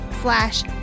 slash